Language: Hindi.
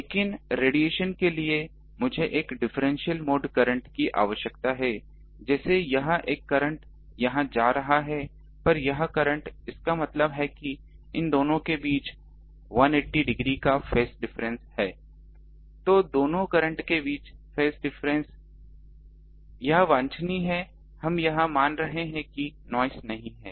लेकिन रेडिएशन के लिए मुझे एक डिफरेंशियल मोड करंट की आवश्यकता है जैसे यह एक करंट यहां जा रहा है पर यह करंट इसका मतलब है कि इन दोनों के बीच 180 डिग्री का फेस डिफरेंस है तोदोनों करंट के बीच फेस डिफरेंस यह वांछनीय है हम यहां मान रहे हैं कि नॉइस नहीं है